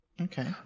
Okay